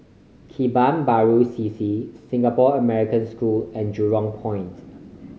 Kebun Baru C C Singapore American School and Jurong Point